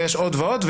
ויש עוד ועוד,